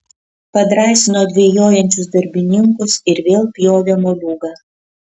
padrąsino dvejojančius darbininkus ir vėl pjovė moliūgą